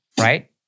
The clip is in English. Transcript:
right